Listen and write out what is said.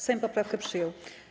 Sejm poprawkę przyjął.